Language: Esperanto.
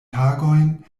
tagojn